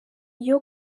iyo